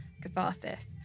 catharsis